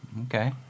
Okay